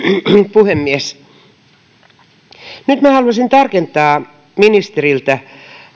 puhemies nyt haluaisin tarkentaa ministeriltä